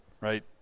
right